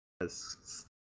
Yes